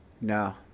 No